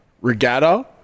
Regatta